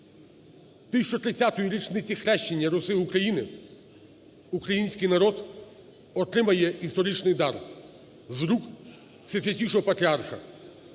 1030-ї річниці хрещення Руси-України український народ отримає історичний дар з рук Всесвятішого Патріарха.